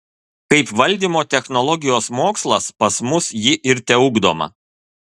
kaip valdymo technologijos mokslas pas mus ji ir teugdoma